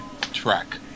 track